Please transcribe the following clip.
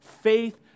Faith